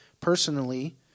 personally